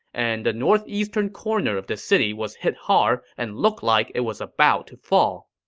and the northeastern corner of the city was hit hard and looked like it was about to fall.